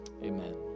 Amen